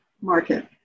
market